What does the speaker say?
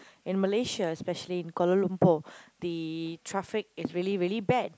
in Malaysia especially in Kuala-Lumpur the traffic is really really bad